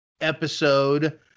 episode